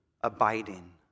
abiding